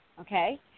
okay